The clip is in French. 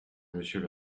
monsieur